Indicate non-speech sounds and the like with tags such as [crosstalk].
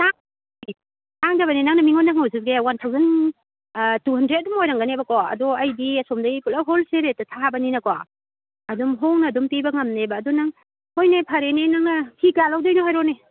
[unintelligible] ꯇꯥꯡꯗꯕꯅꯦ ꯅꯪꯅ ꯃꯤꯉꯣꯟꯗ ꯍꯪꯉꯨꯔꯁꯨꯅꯦ ꯋꯥꯟ ꯊꯥꯎꯖꯟ ꯇꯨ ꯍꯟꯗ꯭ꯔꯦꯠ ꯑꯗꯨꯝ ꯑꯣꯏꯔꯝꯒꯅꯦꯕꯀꯣ ꯑꯗꯣ ꯑꯩꯗꯤ ꯑꯁꯣꯝꯗꯩ ꯄꯨꯂꯞ ꯍꯣꯜꯁꯦꯜ ꯔꯦꯠꯇ ꯊꯥꯕꯅꯤꯅꯀꯣ ꯑꯗꯨꯝ ꯍꯣꯡꯅ ꯑꯗꯨꯝ ꯄꯤꯕ ꯉꯝꯅꯦꯕ ꯑꯗꯨ ꯅꯪ ꯍꯣꯏꯅꯦ ꯐꯔꯦꯅꯦ ꯅꯪꯅ ꯐꯤ ꯀꯌꯥ ꯂꯧꯗꯣꯏꯅꯣ ꯍꯥꯏꯔꯣꯅꯦ